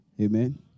Amen